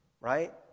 Right